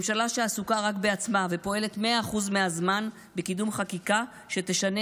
ממשלה שעסוקה רק בעצמה ופועלת מאה אחוז מהזמן בקידום חקיקה שתשנה